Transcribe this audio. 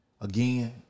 again